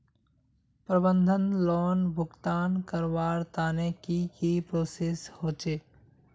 प्रबंधन लोन भुगतान करवार तने की की प्रोसेस होचे?